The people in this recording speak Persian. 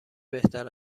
بهتر